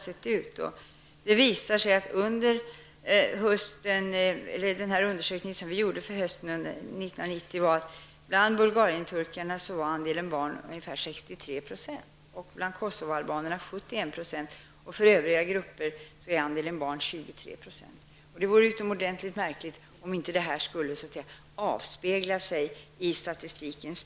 Den undersökning som vi gjorde beträffande hösten 1990 visade att andelen barn bland bulgarienturkarna var ungefär 63 % och bland Kosovoalbanerna 71 %. För övriga grupper var andelen barn 23 %. Det vore utomordentligt märkligt om detta inte skulle avspegla sig i statistiken.